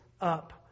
up